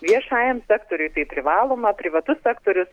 viešajam sektoriui tai privaloma privatus sektorius